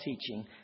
teaching